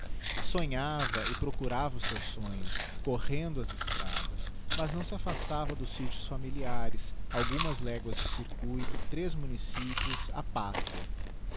sonhava e procurava o seu sonho correndo as estradas mas não se afastava dos sitios familiares algumas léguas de circuito três municípios a pátria